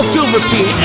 Silverstein